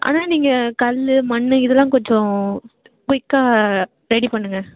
ஆனால் நீங்கள் கல்லு மண்ணு இதுலாம் கொஞ்சம் குயிக்காக ரெடி பண்ணுங்கள்